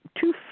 two